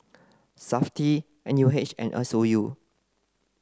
SAFTI N U H and a Sou